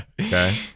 Okay